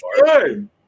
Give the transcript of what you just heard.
good